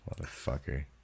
Motherfucker